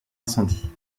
incendie